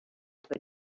but